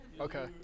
Okay